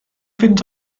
fynd